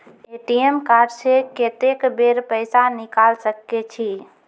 ATM card से कत्तेक बेर पैसा निकाल सके छी?